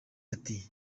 ati